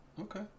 okay